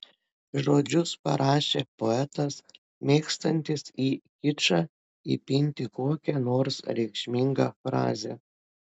žodžius parašė poetas mėgstantis į kičą įpinti kokią nors reikšmingą frazę